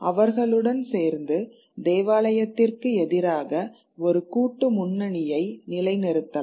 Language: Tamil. அவர்களுடன் சேர்ந்து தேவாலயத்திற்கு எதிராக ஒரு கூட்டு முன்னணியை நிலைநிறுத்தலாம்